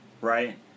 right